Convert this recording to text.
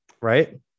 Right